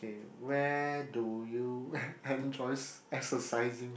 okay where do you enjoys exercising